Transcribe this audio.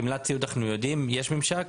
על גמלת סיעוד אנחנו יודעים כי יש לנו ממשק.